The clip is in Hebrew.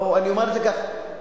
אומר את זה כך,